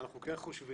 אנחנו כן חושבים